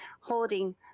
holding